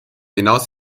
hinaus